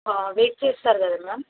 wait చేస్తారు కదా ma'am